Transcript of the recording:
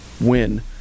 win